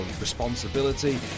responsibility